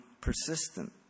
persistent